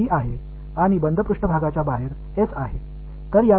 எனவே இது ஒரு மூடிய மேற்பரப்பு V மற்றும் மூடிய மேற்பரப்புக்கு வெளிப் பகுதி S